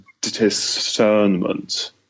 discernment